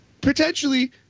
potentially